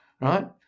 right